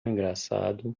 engraçado